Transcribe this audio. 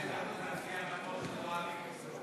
חוק הרשויות המקומיות (מימון בחירות)